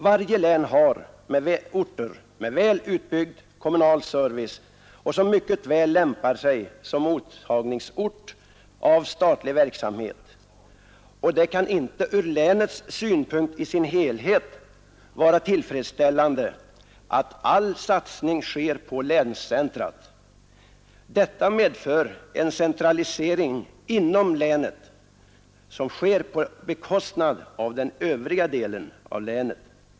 Varje län har orter med väl utbyggd kommunal service som mycket väl lämpar sig som mottagningsort för statlig verksamhet, och det kan inte ur länets synpunkt i sin helhet vara tillfredsställande att all satsning sker på länscentra. Detta medför en centralisering inom länet, som sker på bekostnad av den övriga delen av länet.